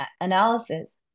analysis